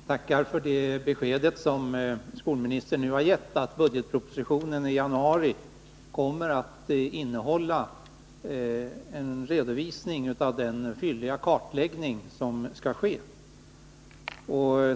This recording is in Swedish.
Herr talman! Jag tackar för det besked som skolministern nu gett, nämligen att budgetpropositionen i januari 1981 kommer att innehålla en redovisning av den fylliga kartläggning som skall ske.